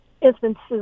instances